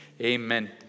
Amen